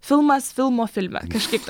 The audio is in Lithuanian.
filmas filmo filme kažkaip taip